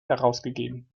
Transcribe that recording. herausgegeben